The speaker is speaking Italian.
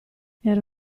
era